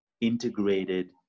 integrated